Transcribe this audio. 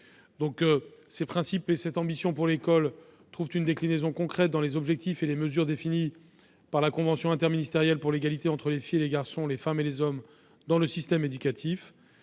Ces principes et cette ambition pour l'école trouvent une déclinaison concrète dans les objectifs et les mesures définis par la convention interministérielle pour l'égalité entre les filles et les garçons, les femmes et les hommes dans le système éducatif,